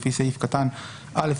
לפי סעיף קטן (א)(1)(ז),